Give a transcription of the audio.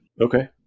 okay